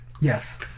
Yes